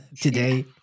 today